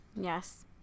Yes